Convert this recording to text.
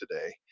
today